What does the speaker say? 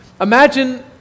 Imagine